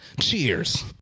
Cheers